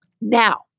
Now